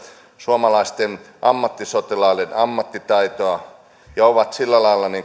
suomalaisten ammattisotilaiden ammattitaitoa ja on sillä lailla